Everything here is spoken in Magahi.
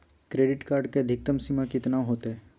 क्रेडिट कार्ड के अधिकतम सीमा कितना होते?